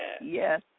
Yes